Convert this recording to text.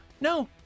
No